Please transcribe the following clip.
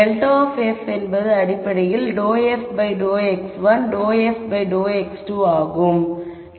∇ of f என்பது அடிப்படையில் ∂f∂x1 ∂f∂x2 ஆகும்